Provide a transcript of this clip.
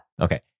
Okay